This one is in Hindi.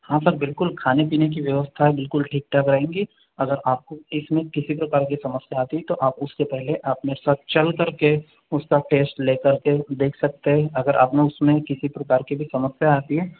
हाँ सर बिल्कुल खाने पीने की व्यवस्था बिल्कुल ठीक ठाक रहेंगी अगर आपको इसमें किसी प्रकार की समस्या आती है तो आप उसके पहले आप मेरे साथ चलकर के उसका टेस्ट लेकर के देख सकते हैं अगर आपने उसमें किसी प्रकार की भी समस्या आती है